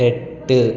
എട്ട്